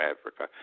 Africa